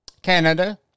Canada